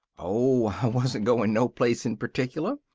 oh, i wasn't going no place in particular.